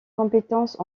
compétences